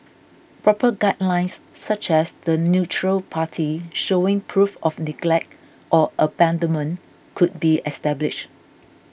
proper guidelines such as the neutral party showing proof of neglect or abandonment could be established